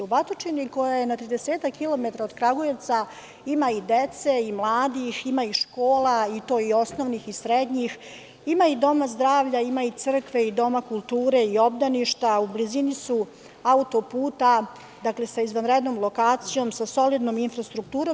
U Batočini koja je na 30-ak kilometara odKragujevca ima i dece i mladih, ima i škola i to i osnovnih i srednjih, ima i domove zdravlja, crkve i dom kulture, obdaništa, a u blizini su autoput sa izvanrednom lokacijom, sa solidnom infrastrukturom.